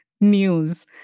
news